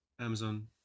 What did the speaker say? Amazon